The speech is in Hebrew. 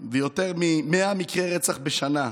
ויותר מ-100 מקרי רצח בשנה,